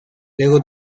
luego